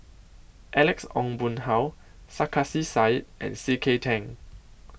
Alex Ong Boon Hau Sarkasi Said and C K Tang